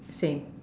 same